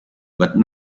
but